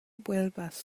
vuelvas